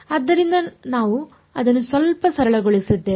ಆದ್ದರಿಂದ ನಾವು ಅದನ್ನು ಸ್ವಲ್ಪ ಸರಳಗೊಳಿಸಿದ್ದೇವೆ